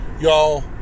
Y'all